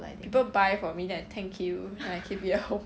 people buy for me then I thank you then I keep it at home